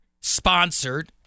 sponsored